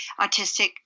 Autistic